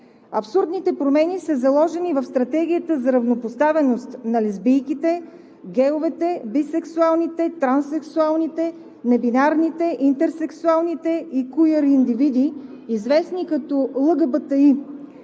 Абсурдните промени са заложени в Стратегията за равнопоставеност на лесбийките, гейовете, бисексуалните, транссексуалните, небинарните, интерсексуалните и куйър-индивиди, известни като ЛГБТИ.